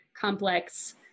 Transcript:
complex